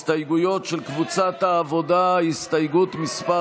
הסתייגויות של קבוצת העבודה, הסתייגות מס'